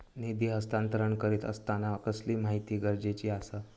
निधी हस्तांतरण करीत आसताना कसली माहिती गरजेची आसा?